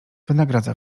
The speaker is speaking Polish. wynagradza